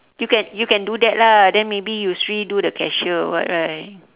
you can you can do that lah then maybe yusri do the cashier or what right